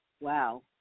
Wow